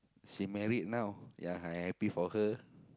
she married now yeah I happy for her